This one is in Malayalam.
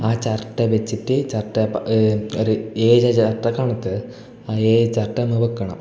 ആ ചിരട്ട വെച്ചിട്ട് ചിരട്ട പ ഒര് ഏയ് ചിരട്ട കണക്ക് ആ ഏ ചിരട്ട നമ്മൾ വെക്കണം